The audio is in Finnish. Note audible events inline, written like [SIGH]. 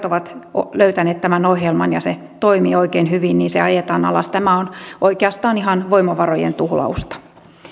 [UNINTELLIGIBLE] ovat löytäneet tämän ohjelman ja se toimii oikein hyvin niin se ajetaan alas tämä on oikeastaan ihan voimavarojen tuhlausta